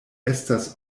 estas